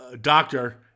doctor